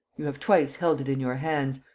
you have twice held it in your hands.